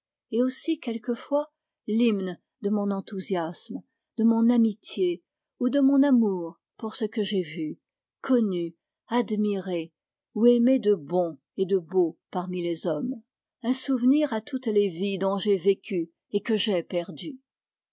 et aussi quelquefois l'hymne de mon enthousiasme de mon amitié ou de mon amour pour ce que j'ai vu connu admiré ou aimé de bon et de beau parmi les hommes un souvenir à toutes les vies dont j'ai vécu et que j'ai perdues